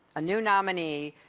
a new nominee,